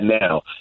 now